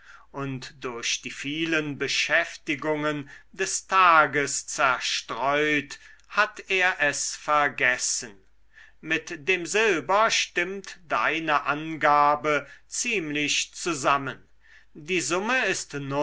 und durch die vielen beschäftigungen des tages zerstreut hat er es vergessen mit dem silber stimmt deine angabe ziemlich zusammen die summe ist